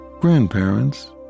grandparents